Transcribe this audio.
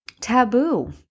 taboo